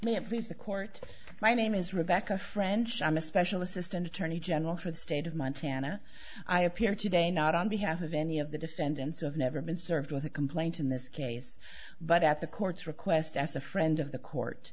the court my name is rebecca french i'm a special assistant attorney general for the state of montana i appeared today not on behalf of any of the defendants have never been served with a complaint in this case but at the court's request as a friend of the court